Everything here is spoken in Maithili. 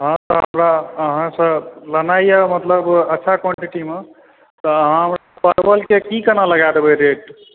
हाँ तऽ हमरा अहाँसॅं लेनाइ अइ मतलब अच्छा क्वांटिटी मे अहाँ परवल के की कोना लगा देबै रेट